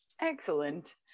Excellent